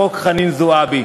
חוק חנין זועבי,